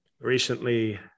recently